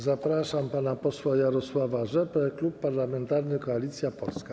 Zapraszam pana posła Jarosława Rzepę, Klub Parlamentarny Koalicja Polska.